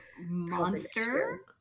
monster